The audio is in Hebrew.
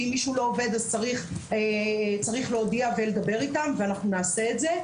ואם מישהו לא עובד אז צריך להודיע ולדבר איתם ואנחנו נעשה את זה.